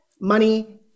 money